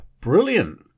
brilliant